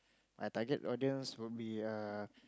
my target audience will be err